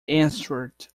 answered